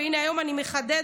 הינה, היום אני מחדדת.